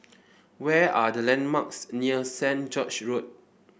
where are the landmarks near Saint George's Road